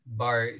bar